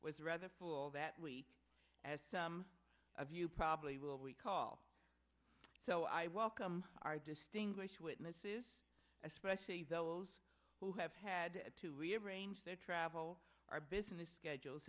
was rather for that week as some of you probably will recall so i welcome our distinguished witnesses especially those who have had to rearrange their travel our business schedules